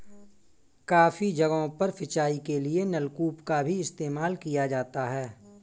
काफी जगहों पर सिंचाई के लिए नलकूप का भी इस्तेमाल किया जाता है